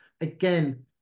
again